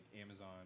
Amazon